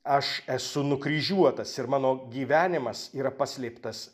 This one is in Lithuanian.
aš esu nukryžiuotas ir mano gyvenimas yra paslėptas